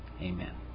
amen